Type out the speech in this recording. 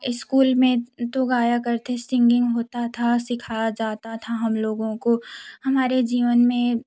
school में तो गाया करते सिंगिंग होता था सिखाया जाता था हम लोगों को हमारे जीवन में